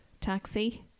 Taxi